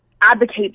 advocate